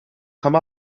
come